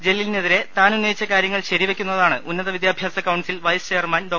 ജലീലിനെതിരെ താൻ ഉന്നയിച്ച കാര്യങ്ങൾ ശരിവെക്കുന്നതാണ് ഉന്നത വിദ്യാഭ്യാസ കൌൺസിൽ വൈസ് ചെയർമാൻ ഡോ